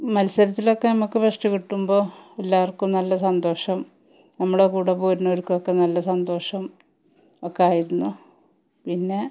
മത്സരത്തിലൊക്കെ നമുക്ക് ഫഷ്ട് കിട്ടുമ്പോൾ എല്ലാവർക്കും നല്ല സന്തോഷം നമ്മളെ കൂടെ പോരുന്നോർക്കൊക്കെ നല്ല സന്തോഷം ഒക്കെ ആയിരുന്നു പിന്നെ